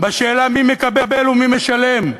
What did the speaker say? בשאלה מי מקבל ומי משלם.